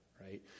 right